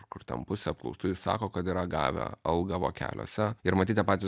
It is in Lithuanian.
kur ten pusė apklaustųjų sako kad yra gavę algą vokeliuose ir matyt tie patys